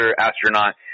astronaut